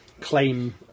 claim